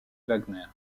wagner